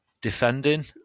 defending